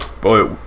Boy